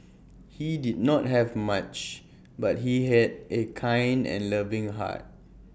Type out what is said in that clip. he did not have much but he had A kind and loving heart